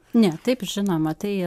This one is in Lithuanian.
ne taip žinoma tai